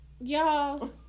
y'all